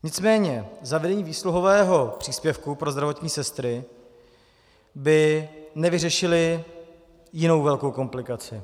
Nicméně zavedení výsluhového příspěvku pro zdravotní sestry by nevyřešilo jinou velkou komplikaci.